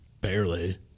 barely